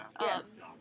Yes